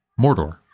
Mordor